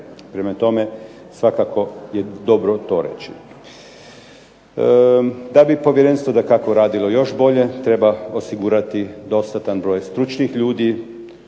Prema tome, svakako je dobro to reći. Da bi povjerenstvo dakako radilo još bolje treba osigurati dostatan broj stručnih ljudi,